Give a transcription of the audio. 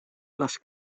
les